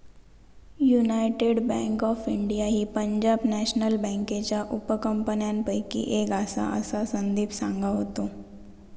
United bank of India ही Punjab national बँकेच्या उपकंपन्यांपैकी एक आसा, असा संदीप सांगा होतो